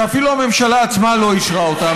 שאפילו הממשלה עצמה לא אישרה אותם.